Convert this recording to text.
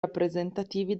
rappresentativi